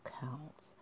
counts